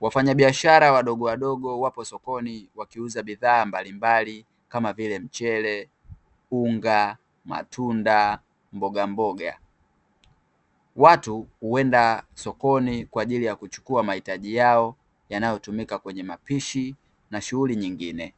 Wafanyabiashara wadogowadogo wapo sokoni wakiuza bidhaa mbalimbali kama vile mchele, unga, matunda, mbogamboga. Watu huenda sokoni kwa ajili ya kuchukua mahitaji yao yanayotumika kwenye mapishi na shughuli nyingine.